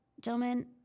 Gentlemen